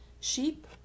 Sheep